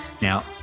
Now